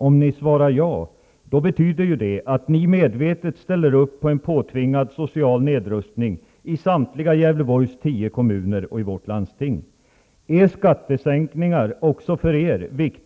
Om svaret är ja, betyder det att ni medvetet ställer upp på en påtvingad social nedrustning i samtliga Gävleborgs tio kommuner och i vårt landsting. Är skattesänkningar viktigare också för